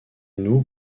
nous